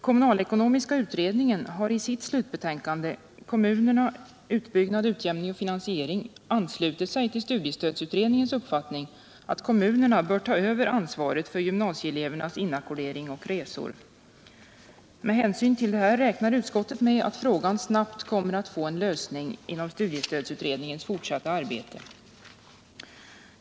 Kommunalekonomiska utredningen har i sitt slutbetänkande, Kommunerna — utbyggnad, utjämning, finansiering, anslutit sig till studiestödsutredningens uppfattning att kommunerna bör ta över ansvaret för gymnasieelevernas inackordering och resor. Med hänsyn till detta räknade utskottet med att frågan snabbt kommer att få en lösning under studiestödsutredningens fortsatta arbete.